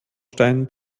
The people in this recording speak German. stein